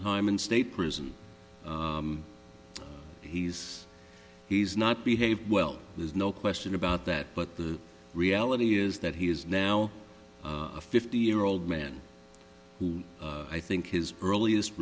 time in state prison he's he's not behaved well there's no question about that but the reality is that he is now a fifty year old man who i think his earliest